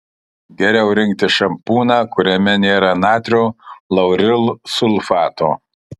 geriau rinktis šampūną kuriame nėra natrio laurilsulfato